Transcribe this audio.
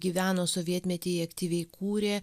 gyveno sovietmetyje aktyviai kūrė